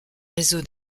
réseau